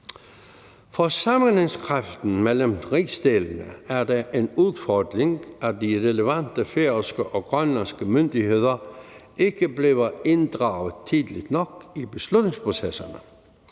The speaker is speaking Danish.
For sammenhængskraften mellem rigsdelene er det en udfordring, at de relevante færøske og grønlandske myndigheder ikke bliver inddraget tidligt nok i beslutningsprocesserne.